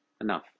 Enough